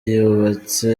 yubatse